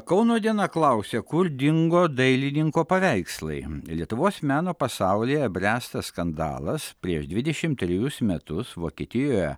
kauno diena klausia kur dingo dailininko paveikslai lietuvos meno pasaulyje bręsta skandalas prieš dvidešim trejus metus vokietijoje